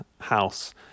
house